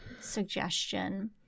suggestion